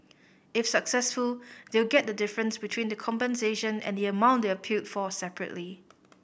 if successful they will get the difference between the compensation and the amount they appealed for separately